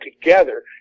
together